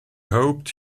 hoped